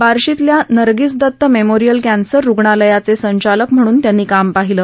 बार्शीतल्या Nargis Dutt memorial cancer रुग्णालयाचे संचालक म्हणूनही त्यांनी काम पाहीलं